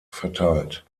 verteilt